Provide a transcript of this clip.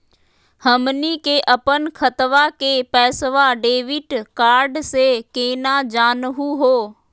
हमनी के अपन खतवा के पैसवा डेबिट कार्ड से केना जानहु हो?